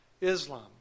Islam